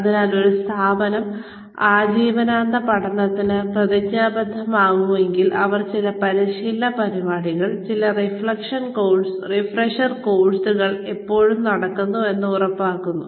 അതിനാൽ ഒരു സ്ഥാപനം ആജീവനാന്ത പഠനത്തിന് പ്രതിജ്ഞാബദ്ധമാണെങ്കിൽ അവർ ചില പരിശീലന പരിപാടികൾ ചില റിഫ്രഷർ കോഴ്സുകൾ എപ്പോഴും നടക്കുന്നു എന്ന് ഉറപ്പാക്കുന്നു